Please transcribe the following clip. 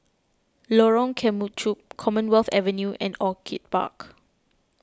Lorong Kemunchup Commonwealth Avenue and Orchid Park